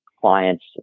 clients